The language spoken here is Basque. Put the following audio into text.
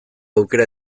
aukera